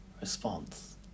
response